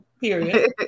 Period